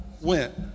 went